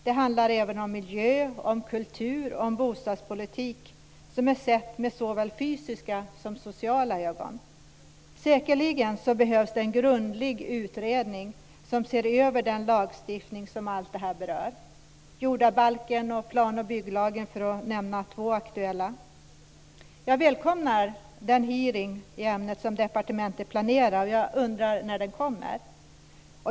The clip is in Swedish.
Det handlar även om miljö, om kultur, om bostadspolitik, sett med såväl fysiska som sociala ögon. Säkerligen behövs det en grundlig utredning som ser över den lagstiftning som detta berör. Jordabalken och plan och bygglagen är två aktuella lagar. Jag välkomnar den hearing i ämnet som departementet planerar, och jag undrar när den kommer.